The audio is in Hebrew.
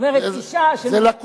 זה החוק, זה אכן כך.